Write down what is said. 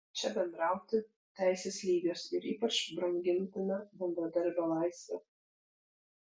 čia bendrauti teisės lygios ir ypač brangintina bendradarbio laisvė